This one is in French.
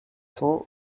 cents